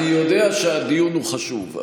אני יודע שהדיון הוא חשוב,